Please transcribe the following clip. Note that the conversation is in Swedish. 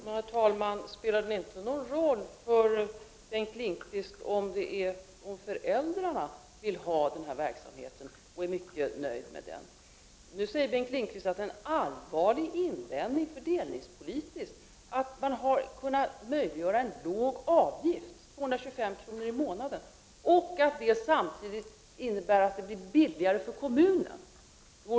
Herr talman! Spelar det inte någon roll för Bengt Lindqvist om föräldrarna vill ha den här verksamheten och om de är mycket nöjda med den? Nu säger Bengt Lindqvist att det är en allvarlig invändning från fördelningspolitisk synpunkt att man har kunnat möjliggöra en låg avgift, 225 kr. i månaden, och att detta samtidigt innebär att det blir billigare för kommu = Prot. 1989/90:30 nen.